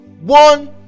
one